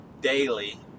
daily